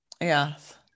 Yes